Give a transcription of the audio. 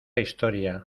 historia